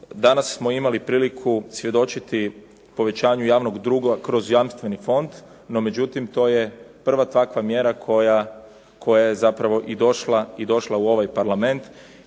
Danas smo imali priliku svjedočiti povećanju javnog duga kroz jamstveni fond, no međutim to je prva takva mjera koja je zapravo i došla u ovaj Parlament.